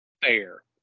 fair